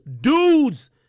dudes